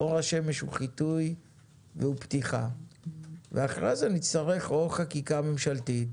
אור השמש הוא חיטוי והוא פתיחה ואחרי זה נצטרך או חקיקה ממשלתית